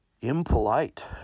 impolite